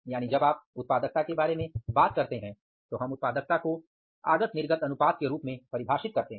यानि जब आप उत्पादकता के बारे में बात करते हैं तो हम उत्पादकता को आगत निर्गत अनुपात के रूप में परिभाषित करते हैं